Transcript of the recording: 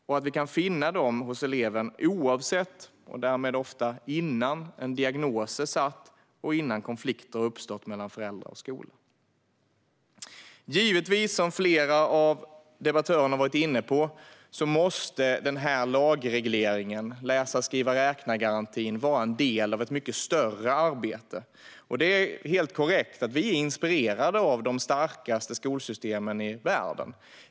Dem kan vi finna hos eleven oavsett om någon diagnos har ställts och innan konflikter har uppstått mellan föräldrar och skola. Givetvis, som flera av debattörerna har varit inne på, måste lagregleringen av läsa-skriva-räkna-garantin vara en del av ett mycket större arbete. Det är helt korrekt att vi är inspirerade av de starkaste skolsystemen i världen.